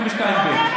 אני מפנק אותך ב-52ב.